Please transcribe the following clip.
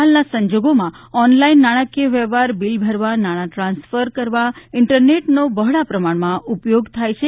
હાલના સંજોગોમાં ઓનલાઇન નાણાંકીય વ્યવહાર બીલ ભરવા નાણાં ટ્રાંસફર કરવા ઇન્ટરનેટનો બોહળા પ્રમાણમાં ઉપયોગ કરે છે